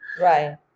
Right